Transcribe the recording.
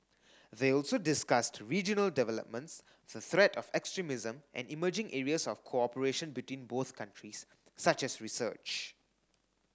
they also discussed regional developments the threat of extremism and emerging areas of cooperation between both countries such as research